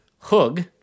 hug